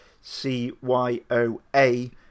C-Y-O-A